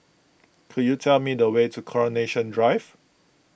could you tell me the way to Coronation Drive